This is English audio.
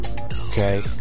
okay